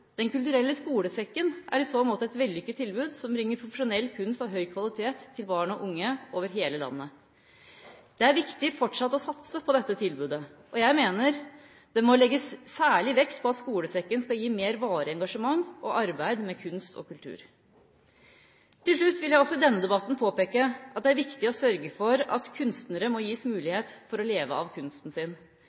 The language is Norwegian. Den kulturelle skolesekken er i så måte et vellykket tilbud som bringer profesjonell kunst av høy kvalitet til barn og unge over hele landet. Det er viktig fortsatt å satse på dette tilbudet. Jeg mener det må legges særlig vekt på at skolesekken skal gi mer varig engasjement og arbeid med kunst og kultur. Til slutt vil jeg også i denne debatten påpeke at det er viktig å sørge for at kunstnere må gis mulighet for å leve av kunsten sin.